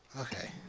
Okay